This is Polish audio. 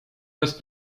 bez